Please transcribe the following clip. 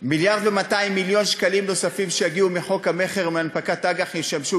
1.2 מיליארד שקלים נוספים שיגיעו מחוק המכר ומהנפקת אג"ח ישמשו